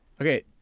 okay